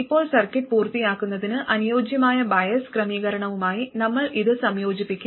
ഇപ്പോൾ സർക്യൂട്ട് പൂർത്തിയാക്കുന്നതിന് അനുയോജ്യമായ ബയസ് ക്രമീകരണവുമായി നമ്മൾ ഇത് സംയോജിപ്പിക്കും